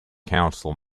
council